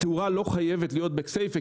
תאורה לא חייבת להיות בכסיפה,